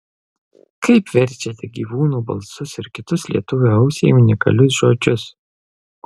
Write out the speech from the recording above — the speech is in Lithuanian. kaip verčiate gyvūnų balsus ir kitus lietuvio ausiai unikalius žodžius